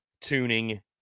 tuning